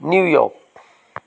New York